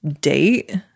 date